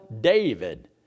David